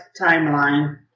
timeline